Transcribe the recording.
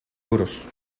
duros